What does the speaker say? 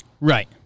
Right